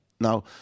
Now